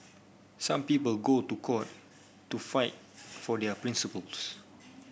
some people go to court to fight for their principles